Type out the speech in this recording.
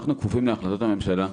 אנחנו כפופים להחלטות הממשלה.